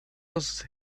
was